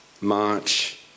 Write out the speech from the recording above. March